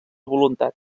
voluntat